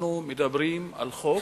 אנחנו מדברים על חוק